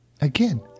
Again